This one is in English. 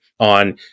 On